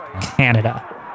Canada